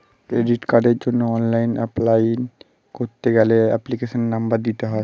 credit কার্ডের জন্য online apply করতে গেলে এপ্লিকেশনের নম্বর দিতে হয়